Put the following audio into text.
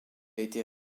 été